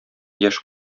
яшь